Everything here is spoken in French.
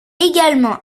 également